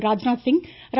ராஜ்நாத்சிங் ர